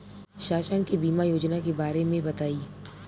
शासन के बीमा योजना के बारे में बताईं?